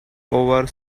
over